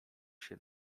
się